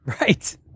Right